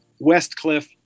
Westcliff